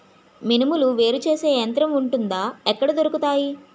మినుములు వేరు చేసే యంత్రం వుంటుందా? ఎక్కడ దొరుకుతాయి?